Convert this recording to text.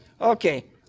Okay